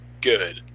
good